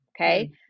Okay